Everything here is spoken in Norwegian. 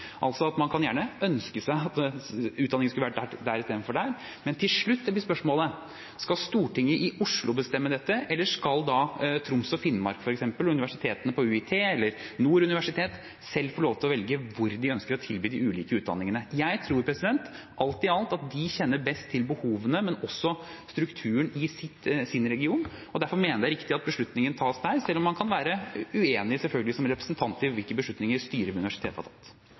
Man kan gjerne ønske seg at en utdanning skulle vært der istedenfor der, men til slutt blir spørsmålet: Skal Stortinget i Oslo bestemme dette, eller skal f.eks. Troms og Finnmark og universitetsstyrene ved UiT eller Nord universitet selv få lov til velge hvor de ønsker å tilby de ulike utdanningene? Jeg tror alt i alt at de kjenner best til behovene, men også strukturen i sin region. Derfor mener jeg det er riktig at beslutningen tas der, selv om man selvfølgelig som representant kan være uenig i hvilke beslutninger styrene ved universitetene tar. Bengt Rune Strifeldt – til oppfølgingsspørsmål. Bevilgningen i